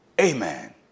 amen